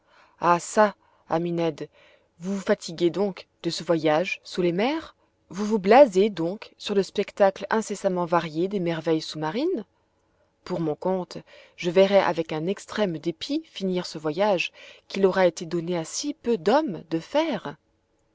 ça ami ned vous vous fatiguez donc de ce voyage sous les mers vous vous blasez donc sur le spectacle incessamment varié des merveilles sous-marines pour mon compte je verrai avec un extrême dépit finir ce voyage qu'il aura été donné à si peu d'hommes de faire